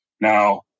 Now